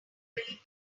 really